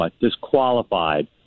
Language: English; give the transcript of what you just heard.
disqualified